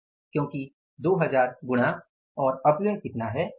क्योंकि 2000 गुणा और अपव्यय कितना है